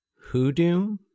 Hoodoo